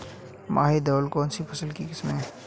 माही धवल कौनसी फसल की किस्म है?